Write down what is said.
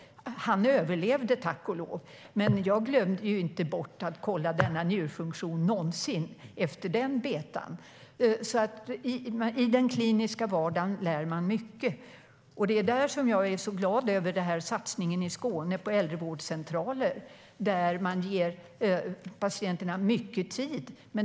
Han överlevde, tack och lov. Men jag glömde inte någonsin att kolla denna njurfunktion efter den betan. I den kliniska vardagen lär man sig mycket. Jag är glad över satsningen i Skåne på äldrevårdcentraler. Där ger man patienterna mycket tid.